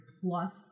plus